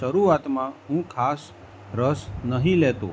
શરૂઆતમાં હું ખાસ રસ નહીં લેતો